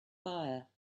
fire